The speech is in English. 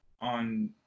On